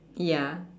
ya